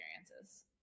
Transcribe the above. experiences